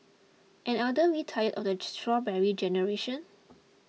and aren't we tired of the strawberry generation